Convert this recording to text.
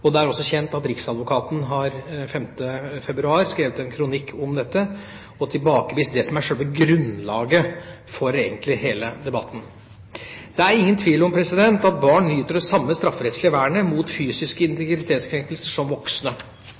og det er også kjent at Riksadvokaten den 5. februar skrev en kronikk om dette og tilbakeviste det som egentlig er sjølve grunnlaget for hele debatten. Det er ingen tvil om at barn nyter det samme strafferettslige vernet mot fysiske integritetskrenkelser som voksne.